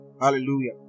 Hallelujah